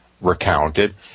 recounted